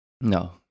No